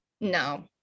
No